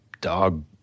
dog